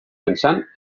pensant